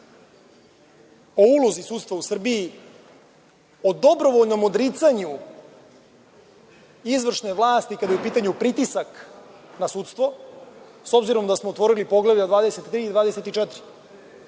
o ulozi sudstva u Srbiji, o dobrovoljnom odricanju izvršne vlasti, kada je u pitanju pritisak na sudstvo, s obzirom da smo otvorili Poglavlja 23. i 24.